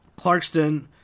Clarkston